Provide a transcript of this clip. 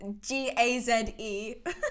G-A-Z-E